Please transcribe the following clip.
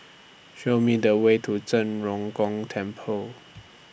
Show Me The Way to Zhen Ren Gong Temple